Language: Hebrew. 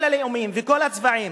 כל הלאומים וכל הצבעים.